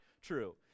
true